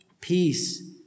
Peace